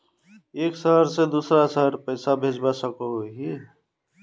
एक शहर से दूसरा शहर पैसा भेजवा सकोहो ही?